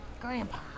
Grandpa